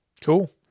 Cool